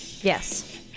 Yes